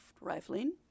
rifling